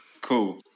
cool